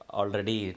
already